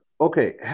okay